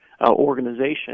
organization